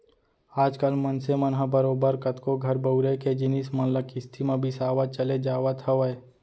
आज कल मनसे मन ह बरोबर कतको घर बउरे के जिनिस मन ल किस्ती म बिसावत चले जावत हवय